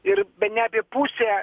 ir bene pusę